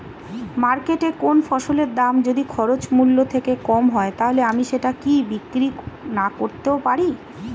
মার্কেটৈ কোন ফসলের দাম যদি খরচ মূল্য থেকে কম হয় তাহলে আমি সেটা কি বিক্রি নাকরতেও পারি?